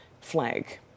flag